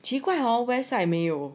奇怪哦 west side 没有